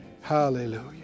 Hallelujah